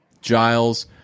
Giles